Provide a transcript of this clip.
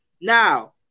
Now